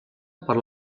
per